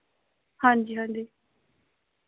हां जी हां जी